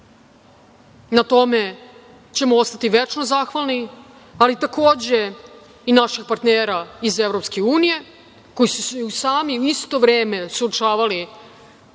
na tome ćemo ostati večno zahvalni, ali takođe i naših partnera iz EU koji su se sami u isto vreme suočavali